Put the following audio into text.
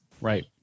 Right